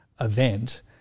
event –